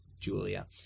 Julia